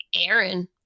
Aaron